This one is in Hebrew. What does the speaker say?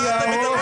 על מה אתה מדבר?